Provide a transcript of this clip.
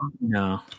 No